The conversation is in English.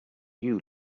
you